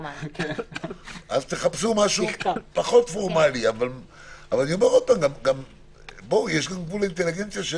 אז תחפשו משהו פחות פורמלי אבל יש גבול גם.